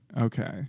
okay